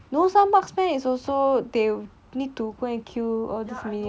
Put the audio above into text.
no some marksman also they need to go and kill all those